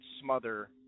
smother